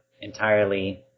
entirely